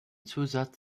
zusatz